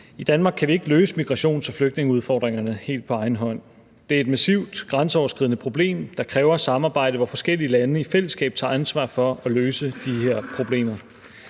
I Danmark kan vi ikke løse migrations- og flygtningeudfordringerne helt på egen hånd. Det er et massivt grænseoverskridende problem, der kræver samarbejde, hvor forskellige lande i fællesskab tager ansvar for at løse de her problemer.